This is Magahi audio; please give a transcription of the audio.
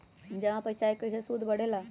जमा पईसा के कइसे सूद बढे ला?